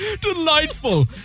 Delightful